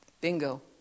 Bingo